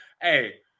hey